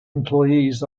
employees